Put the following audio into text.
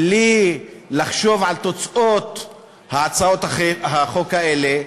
בלי לחשוב על תוצאות הצעות החוק האלה.